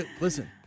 listen